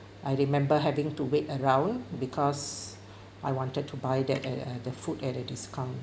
I remember having to wait around because I wanted to buy that uh uh the food at a discount